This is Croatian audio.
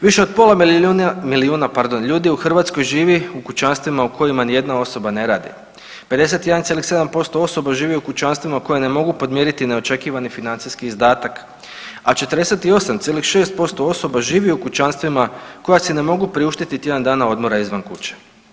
Više od pola milijuna ljudi u Hrvatskoj u kućanstvima u kojima nijedna osoba ne radi, 51,7% osoba živi u kućanstvima koje ne mogu podmiriti neočekivani financijski izdatak, a 48,6% osoba živi u kućanstvima koja si ne mogu priuštiti tjedan dana odmora izvan kuće.